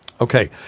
Okay